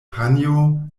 panjo